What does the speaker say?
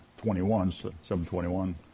7:21